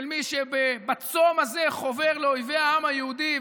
למי שבצום הזה חובר לאויבי העם היהודי,